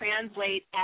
translate